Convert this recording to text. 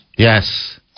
Yes